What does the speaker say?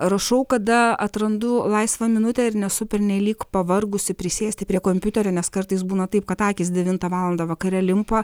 rašau kada atrandu laisvą minutę ir nesu pernelyg pavargusi prisėsti prie kompiuterio nes kartais būna taip kad akys devintą valandą vakare limpa